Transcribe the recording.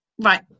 Right